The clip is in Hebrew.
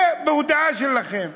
זה בהודעה שלכם.